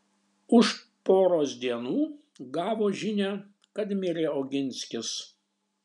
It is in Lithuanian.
už poros dienų gavo žinią kad mirė oginskis